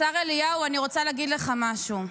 השר אליהו, אני רוצה להגיד לך משהו: